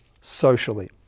socially